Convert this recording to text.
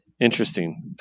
interesting